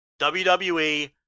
WWE